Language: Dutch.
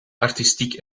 artistiek